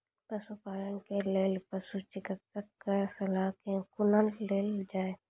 पशुपालन के लेल पशुचिकित्शक कऽ सलाह कुना लेल जाय?